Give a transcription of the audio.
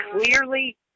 clearly